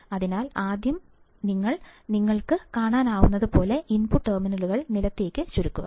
അതിനാൽ ആദ്യം ഞങ്ങൾ നിങ്ങൾക്ക് കാണാനാകുന്നതുപോലെ ഇൻപുട്ട് ടെർമിനലുകൾ നിലത്തേക്ക് ചുരുക്കുന്നു